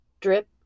Drip